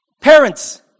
Parents